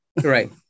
Right